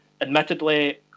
Admittedly